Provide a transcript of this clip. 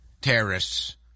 terrorists